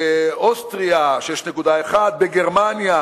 באוסטריה, 6.1, בגרמניה